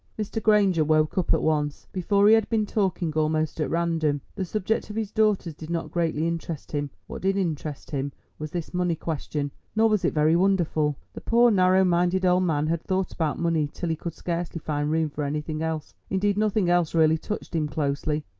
mr. granger woke up at once. before he had been talking almost at random the subject of his daughters did not greatly interest him. what did interest him was this money question. nor was it very wonderful the poor narrow-minded old man had thought about money till he could scarcely find room for anything else, indeed nothing else really touched him closely.